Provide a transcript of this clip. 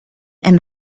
and